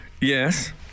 Yes